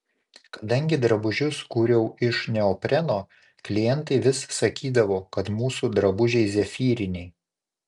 kadangi drabužius kūriau iš neopreno klientai vis sakydavo kad mūsų drabužiai zefyriniai